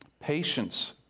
Patience